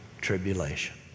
tribulation